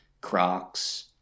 Crocs